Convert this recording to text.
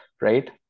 Right